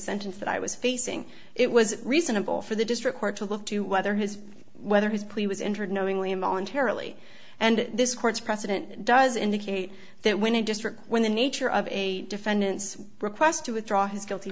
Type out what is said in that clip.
sentence that i was facing it was reasonable for the district court to look to whether his whether his plea was entered knowingly and momentarily and this court's precedent does indicate that when a district when the nature of a defendant's request to withdraw his guilty